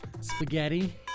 Spaghetti